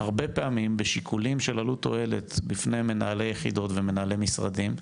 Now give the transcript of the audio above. הרבה פעמים בשיקולים של עלות תועלת בפני מנהלי יחידות ומנהלי משרדים,